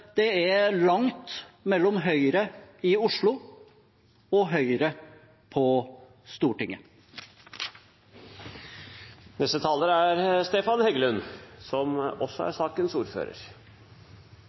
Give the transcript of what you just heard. det er langt mellom Høyre i Oslo og Høyre på Stortinget. Dette begynner å bli litt komisk, for jeg sa jo at også